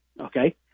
Okay